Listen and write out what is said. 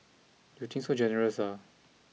you think so generous ah